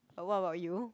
um what about you